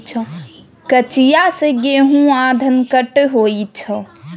कचिया सँ गहुम आ धनकटनी होइ छै